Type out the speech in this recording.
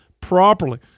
properly